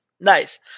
Nice